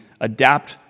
adapt